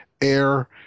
air